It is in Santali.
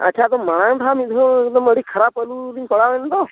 ᱟᱪᱪᱷᱟ ᱢᱟᱲᱟᱝ ᱫᱚ ᱦᱟᱸᱜ ᱢᱤᱫ ᱫᱷᱟᱹᱣ ᱮᱠᱫᱢ ᱠᱷᱟᱨᱟᱯ ᱟᱹᱞᱩ ᱞᱤᱧ ᱯᱟᱲᱟᱣ ᱮᱱ ᱫᱚ